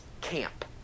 camp